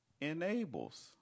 enables